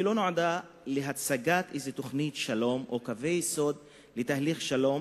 לא נועדו להצגת תוכנית שלום או קווי יסוד לתהליך שלום